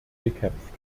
gekämpft